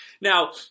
Now